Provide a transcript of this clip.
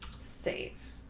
save,